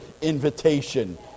invitation